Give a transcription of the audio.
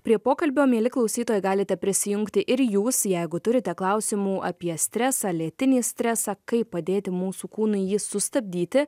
prie pokalbio mieli klausytojai galite prisijungti ir jūs jeigu turite klausimų apie stresą lėtinį stresą kaip padėti mūsų kūnui jį sustabdyti